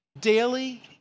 daily